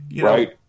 Right